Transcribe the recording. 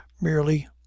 merely